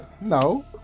No